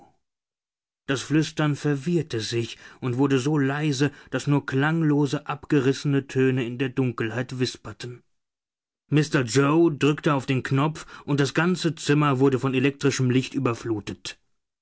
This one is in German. das flüstern verwirrte sich und wurde so leise daß nur klanglose abgerissene töne in der dunkelheit wisperten mr yoe drückte auf den knopf und das ganze zimmer wurde von elektrischem licht überflutet